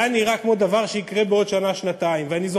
זה נראה כמו דבר שיקרה בעוד שנה-שנתיים,